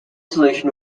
solution